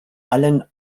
allen